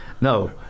No